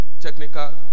technical